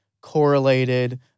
correlated